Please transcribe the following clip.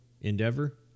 Endeavor